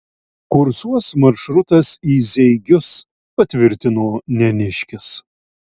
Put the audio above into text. kursuos maršrutas į zeigius patvirtino neniškis